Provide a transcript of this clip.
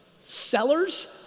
Sellers